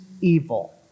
evil